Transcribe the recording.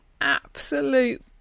absolute